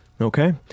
Okay